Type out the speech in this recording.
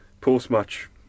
post-match